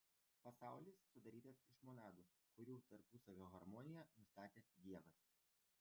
pasaulis sudarytas iš monadų kurių tarpusavio harmoniją nustatė dievas